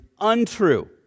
untrue